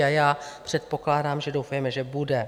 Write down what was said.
A já předpokládám, že doufejme, že bude.